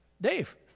Dave